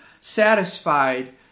satisfied